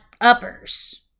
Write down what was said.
uppers